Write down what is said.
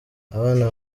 abana